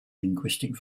linguistic